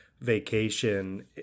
vacation